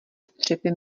střepy